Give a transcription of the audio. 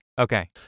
Okay